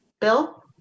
Bill